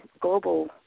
global